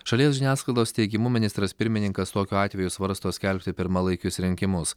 šalies žiniasklaidos teigimu ministras pirmininkas tokiu atveju svarsto skelbti pirmalaikius rinkimus